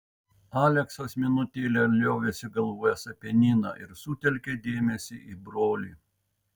aleksas minutėlę liovėsi galvojęs apie niną ir sutelkė dėmesį į brolį